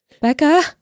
Becca